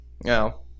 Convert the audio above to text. No